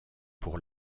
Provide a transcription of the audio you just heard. pour